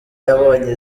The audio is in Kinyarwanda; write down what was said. yabonye